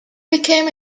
became